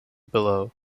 below